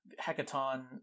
Hecaton